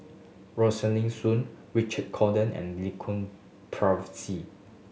Rosaline Soon Richard Cordon and